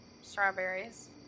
strawberries